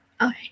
Okay